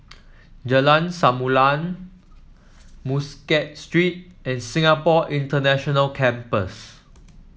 Jalan Samulun Muscat Street and Singapore International Campus